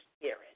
spirit